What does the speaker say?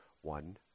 one